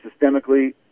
systemically